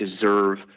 deserve